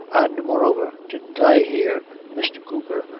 and, moreover, didn't i hear misther cooper,